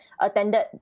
attended